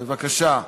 בבקשה.